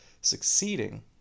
succeeding